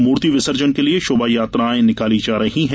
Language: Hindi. मूर्ति विसर्जन के लिए शोभायात्राएं निकाली जा रही है